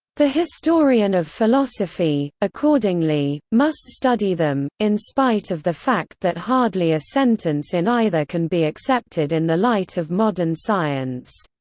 the historian of philosophy, accordingly, must study them, in spite of the fact that hardly a sentence in either can be accepted in the light of modern science.